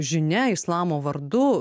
žinia islamo vardu